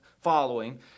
following